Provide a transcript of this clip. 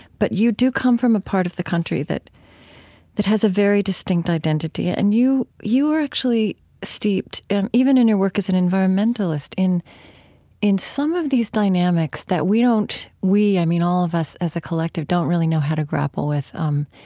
but you do come from a part of the country that that has a very distinct identity. and you you are actually steeped, and even in your work as an environmentalist, in in some of these dynamics that we don't we, i mean all of us as a collective don't really know how to grapple with, um,